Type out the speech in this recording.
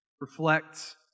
reflect